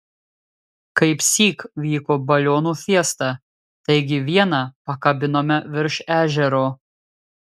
kaipsyk vyko balionų fiesta taigi vieną pakabinome virš ežero